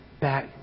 back